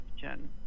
question